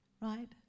Right